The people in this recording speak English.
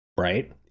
Right